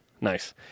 Nice